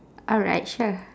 alright sure